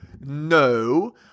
No